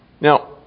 Now